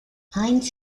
heinz